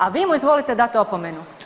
A vi mu izvolite dati opomenu!